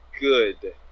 good